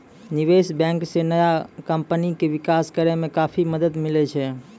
निबेश बेंक से नया कमपनी के बिकास करेय मे काफी मदद मिले छै